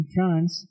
France